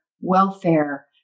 welfare